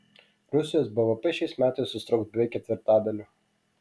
rusijos bvp šiais metais susitrauks beveik ketvirtadaliu